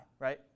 right